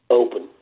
open